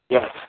Yes